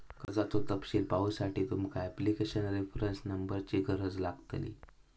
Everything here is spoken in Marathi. कर्जाचो तपशील पाहुसाठी तुमका ॲप्लीकेशन रेफरंस नंबरची गरज लागतली